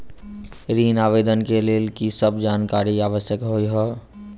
ऋण आवेदन केँ लेल की सब जानकारी आवश्यक होइ है?